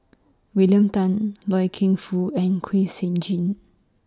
William Tan Loy Keng Foo and Kwek Siew Jin